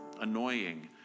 annoying